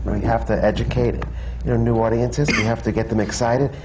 have to educate and your new audiences, and you have to get them excited.